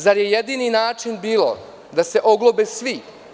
Zar je jedini način bio da se oglobe svi?